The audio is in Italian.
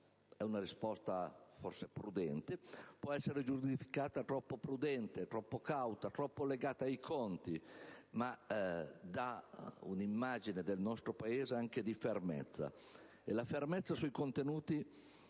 È cauta, forse prudente: può essere forse giudicata troppo prudente, troppo cauta, troppo legata ai conti, ma dà un'immagine del nostro Paese anche di fermezza. E la fermezza sui contenuti